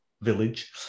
village